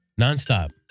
Nonstop